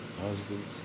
husbands